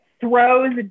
throws